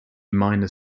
minor